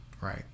Right